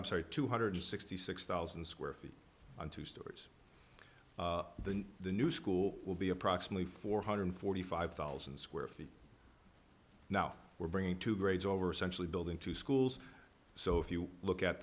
not sorry two hundred sixty six thousand square feet on two stories the the new school will be approximately four hundred forty five thousand square feet now we're bringing two grades over centrally building two schools so if you look at